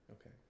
okay